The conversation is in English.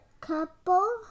Couple